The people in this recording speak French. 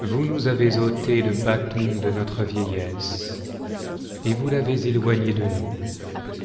voue nous avez ôté le bâton de notre vieillesse et vous l'avez éloigné de nous